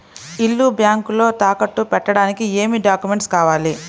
ఇల్లు బ్యాంకులో తాకట్టు పెట్టడానికి ఏమి డాక్యూమెంట్స్ కావాలి?